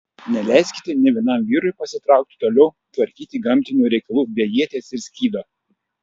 neleiskite nė vienam vyrui pasitraukti toliau tvarkyti gamtinių reikalų be ieties ir skydo